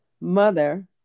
mother